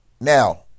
Now